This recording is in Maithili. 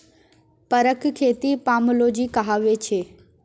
फरक खेती पामोलोजी कहाबै छै